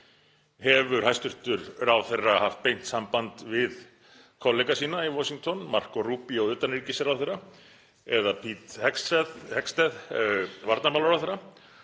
Hefur hæstv. ráðherra haft beint samband við kollega sína í Washington, Marco Rubio utanríkisráðherra eða Pete Hegseth varnarmálaráðherra?